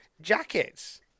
jackets